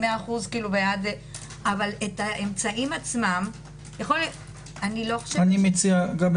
אבל את האמצעים עצמם- - גבי,